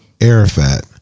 arafat